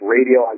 Radio